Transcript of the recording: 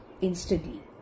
instantly